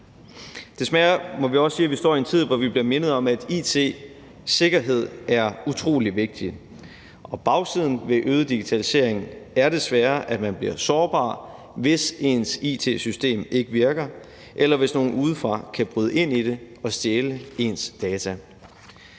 Desværre må vi også sige, at vi står i en tid, hvor vi bliver mindet om, at it-sikkerhed er utrolig vigtigt. Bagsiden ved øget digitalisering er desværre, at man bliver sårbar, hvis ens it-system ikke virker, eller hvis nogen udefra kan bryde ind i det og stjæle ens data.